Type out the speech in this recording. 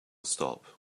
stop